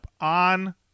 on